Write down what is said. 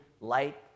light